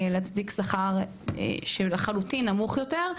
להצדיק שכר שלחלוטין נמוך יותר,